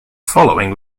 following